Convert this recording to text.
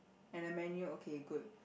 and a menu okay good